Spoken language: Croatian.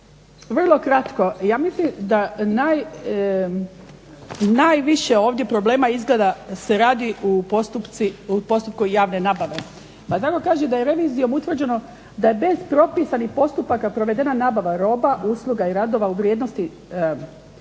Vrlo kratko, ja mislim da najviše ovdje problema izgleda se radi u postupku javne nabave. Pa tako kaže da je revizijom utvrđeno da je bez propisanih postupaka provedena nabava roba, usluga i radova u vrijednosti 20